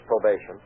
probation